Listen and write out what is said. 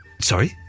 Sorry